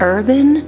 Urban